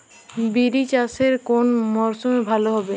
বিরি চাষ কোন মরশুমে ভালো হবে?